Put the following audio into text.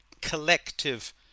collective